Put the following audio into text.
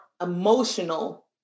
emotional